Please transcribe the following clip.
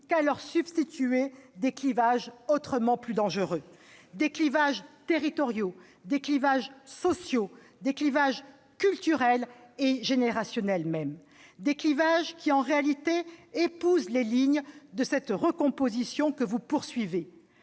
qu'à leur substituer des clivages autrement plus dangereux : des clivages territoriaux, sociaux, culturels, même générationnels, des clivages qui, en réalité, épousent les lignes de cette recomposition que vous poursuivez.